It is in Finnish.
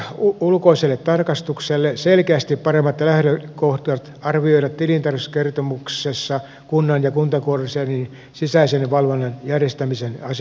lakimuutos antaa jatkossa ulkoiselle tarkastukselle selkeästi paremmat lähtökohdat arvioida tilintarkastuskertomuksessa kunnan ja kuntakonsernin sisäisen valvonnan järjestämisen asianmukaisuutta